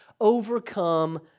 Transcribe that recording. overcome